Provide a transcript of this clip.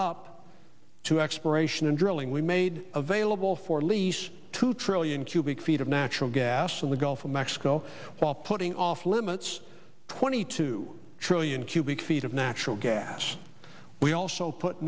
up to exploration and drilling we made available for lease two trillion cubic feet of natural gas in the gulf of mexico while putting off limits twenty two trillion cubic feet of natural gas we also put